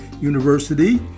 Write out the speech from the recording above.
University